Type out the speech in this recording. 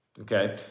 Okay